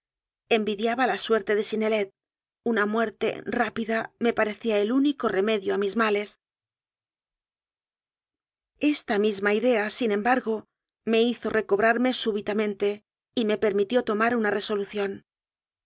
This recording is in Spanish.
envidiaba la suerte de synnelet una muer te rápida me parecía el único remedio a mis males esta misaría idea sin embargo me hizo reco brarme súbitamente y me permitió tomar una